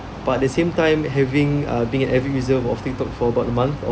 but at the same time having uh being an average user of tik tok for about a month